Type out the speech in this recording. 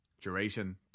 Duration